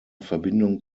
verbindung